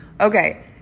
okay